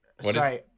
Sorry